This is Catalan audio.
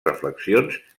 reflexions